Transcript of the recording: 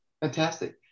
Fantastic